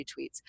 retweets